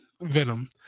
Venom